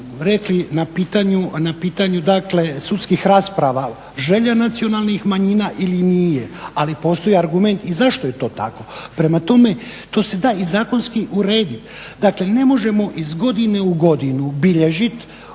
rekli na pitanju dakle sudskih rasprava, želja nacionalnih manjina ili nije ali postoji argument i zašto je to tako. Prema tome, to se da i zakonski urediti. Dakle, ne možemo iz godine u godinu bilježiti